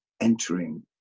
entering